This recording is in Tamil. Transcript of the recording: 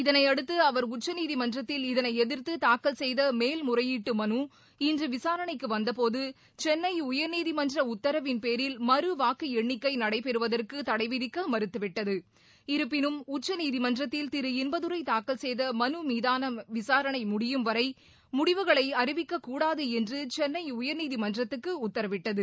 இதளையடுத்து அவர் உச்சநீதிமன்றத்தில் இதளை எதிர்த்து தாக்கல் செய்த மேல்முறையீட்டு மனு இன்று விசாரணைக்கு வந்தபோது சென்னை உயர்நீதிமன்ற உத்தரவின்பேரில் மறு வாக்கு எண்ணிக்கை நடைபெறுவதற்கு தளடவிதிக்க மறுத்து விட்டது இருப்பினும் உச்சநீதிமன்றத்தில் திரு இன்பதுரை தாக்கல் செய்த மனு மீதான விசாரணை முடியும் வரை முடிவுகளை அறிவிக்கக்கூடாது என்று சென்னை உயர்நீதிமன்றத்துக்கு உத்தரவிட்டது